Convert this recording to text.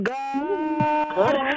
God